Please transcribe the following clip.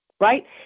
Right